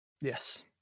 Yes